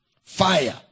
Fire